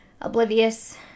oblivious